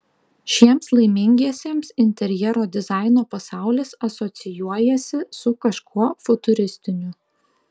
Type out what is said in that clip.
šiems laimingiesiems interjero dizaino pasaulis asocijuojasi su kažkuo futuristiniu